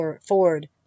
Ford